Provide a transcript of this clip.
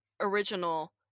original